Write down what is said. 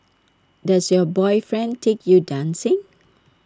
does your boyfriend take you dancing